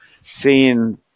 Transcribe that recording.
seeing